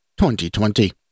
2020